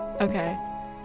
Okay